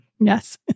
Yes